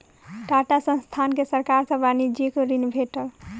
टाटा संस्थान के सरकार सॅ वाणिज्यिक ऋण भेटल